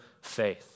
faith